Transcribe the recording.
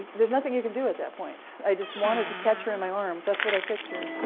there's nothing you can do at that point. i just wanted to catch her in my arms that's what i pictured.